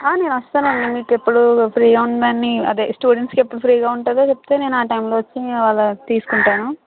నేను వస్తానండీ మీకు ఎప్పుడు ఫ్రీ ఉందని అదే స్టూడెంట్స్ కి ఎప్పుడు ఫ్రీ గా ఉంటదో చెప్తే ఆ టైము లో వచ్చి నేను వాళ్ళవి తీసుకుంటాను